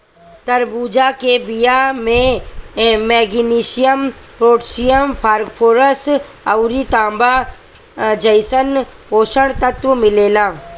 तरबूजा के बिया में मैग्नीशियम, पोटैशियम, फास्फोरस अउरी तांबा जइसन पोषक तत्व मिलेला